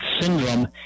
syndrome